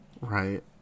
right